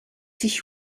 sich